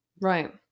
Right